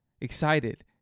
Excited